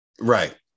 Right